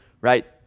right